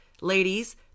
ladies